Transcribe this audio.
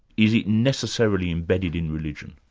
is it necessarily embedded in religion?